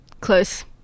close